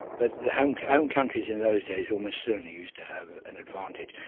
but the home home countries in those days almost certainly used to have an advantage.